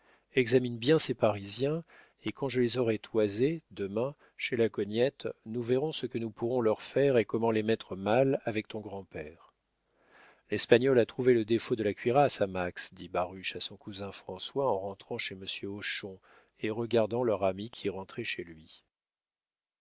examine bien ces parisiens et quand je les aurai toisés demain chez la cognette nous verrons ce que nous pourrons leur faire et comment les mettre mal avec ton grand-père l'espagnol a trouvé le défaut de la cuirasse à max dit baruch à son cousin françois en rentrant chez monsieur hochon et regardant leur ami qui rentrait chez lui